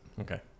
Okay